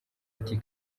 ati